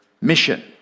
mission